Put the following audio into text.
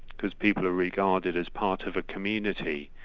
because people are regarded as part of a community,